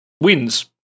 wins